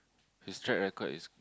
his track record is